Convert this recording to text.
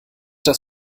das